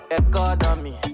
economy